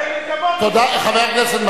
אין לי כבוד לשבת,